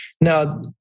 now